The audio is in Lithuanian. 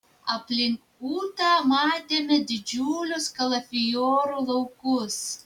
aplink ūtą matėme didžiulius kalafiorų laukus